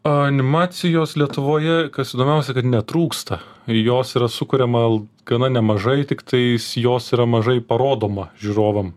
animacijos lietuvoje kas įdomiausia kad netrūksta ir jos yra sukuriama gana nemažai tiktai jos yra mažai parodoma žiūrovam